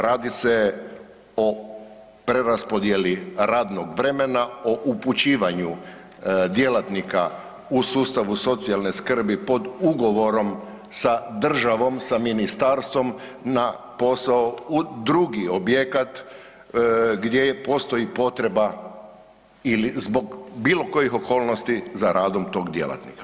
Radi se o preraspodjeli radnog vremena o upućivanju djelatnika u sustavu socijalne skrbi pod ugovorom sa državom, sa ministarstvom na posao u drugi objekat gdje postoji potreba ili zbog bilo kojih okolnosti za radom tog djelatnika.